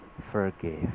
forgive